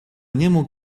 niemu